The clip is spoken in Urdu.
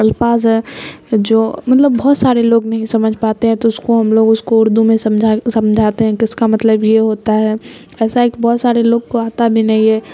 الفاظ ہے جو مطلب بہت سارے لوگ نہیں سمجھ پاتے ہیں تو اس کو ہم لوگ اس کو اردو میں سمجھا سمجھاتے ہیں کس کا مطلب یہ ہوتا ہے ایسا ہے کہ بہت سارے لوگ کو آتا بھی نہیں ہے